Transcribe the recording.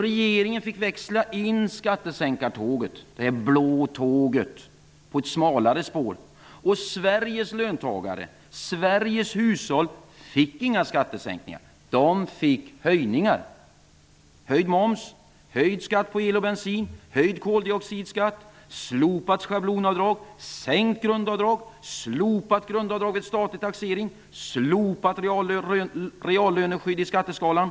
Regeringen fick alltså växla in skattesänkartåget, det blå tåget, på ett smalare spår. Sveriges löntagare, Sveriges hushåll, fick inga skattesänkningar; de fick höjningar. De fick höjd moms, höjd skatt på el och bensin, höjd koldioxidskatt, slopat schablonavdrag, sänkt grundavdrag, slopat grundavdrag vid statlig taxering och slopat reallöneskydd i skatteskalan.